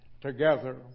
together